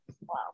Wow